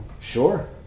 Sure